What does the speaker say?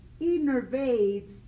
innervates